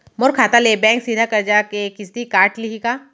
मोर खाता ले बैंक सीधा करजा के किस्ती काट लिही का?